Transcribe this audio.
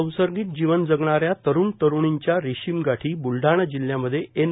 संसर्गित जीवन जगणाऱ्या तरुण तरुणींच्या रेशीमगाठी बुलडाणा जिल्ह्यामध्ये एन